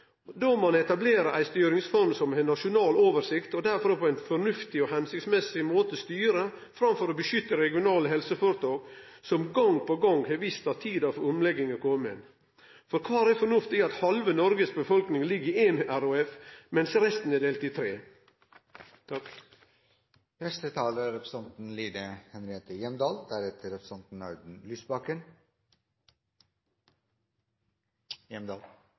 stort. Då må ein etablere ei styringsform som har nasjonal oversikt, og derfrå på ein fornuftig og etter måten god måte styre, framfor å beskytte regionale helseføretak, som gong på gong har vist at tida for omlegging har kome. For kvar er fornufta i at halve Noregs befolkning ligg i éin RHF medan resten er delte i tre?